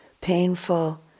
painful